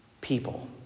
people